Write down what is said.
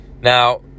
Now